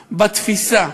בתפיסה,